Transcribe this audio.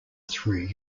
threw